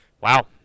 Wow